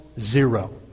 zero